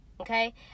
Okay